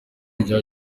rya